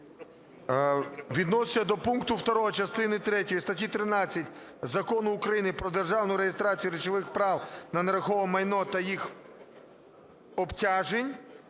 відноситься до пункту 2 частини третьої статті 13 Закону України "Про державну реєстрацію речових прав на нерухоме майно та їх обтяжень",